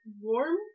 warm